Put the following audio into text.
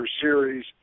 series